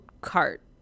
cart